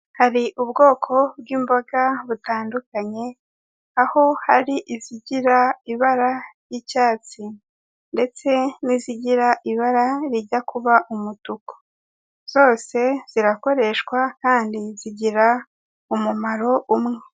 Hari ubwoko bw'imboga butandukanye, aho hari izigira ibara ry'icyatsi ndetse n'izigira ibara rijya kuba umutuku, zose zirakoreshwa kandi zigira umumaro umwe.